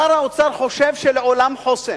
שר האוצר חושב שלעולם חוסן,